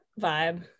vibe